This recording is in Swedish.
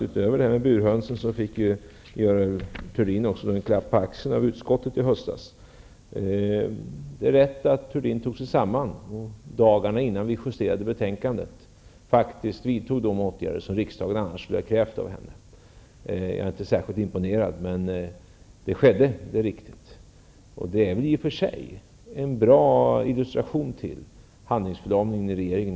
Utöver det här med burhönsen var det imponerande att Görel Thurdin fick en klapp på axeln av utskottet i höstas. Det är rätt att Görel Thurdin tog sig samman och dagarna innan betänkandet skulle justeras vidtog de åtgärder som riksdagen annars skulle ha krävt av henne. Jag är inte särskilt imponerad, men det är riktigt att så skedde.